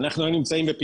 ואז צריך לבנות